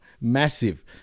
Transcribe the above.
Massive